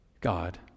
God